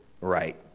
right